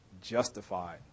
justified